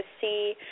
see